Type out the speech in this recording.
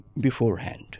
beforehand